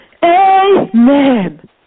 Amen